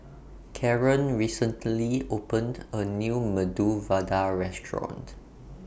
Caren recently opened A New Medu Vada Restaurant